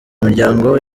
imiryango